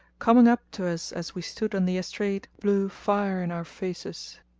coming up to us as we stood on the estrade, blew fire in our faces.